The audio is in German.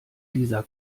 dieser